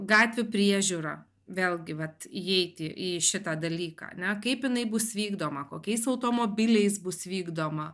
gatvių priežiūra vėlgi vat įeiti į šitą dalyką ne kaip jinai bus vykdoma kokiais automobiliais bus vykdoma